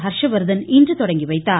ஹர்ஷ்வர்தன் இன்று தொடங்கி வைத்தார்